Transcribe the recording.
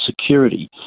security